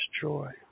joy